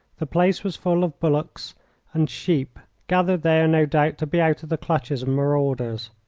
the place was full of bullocks and sheep, gathered there, no doubt, to be out of the clutches of marauders.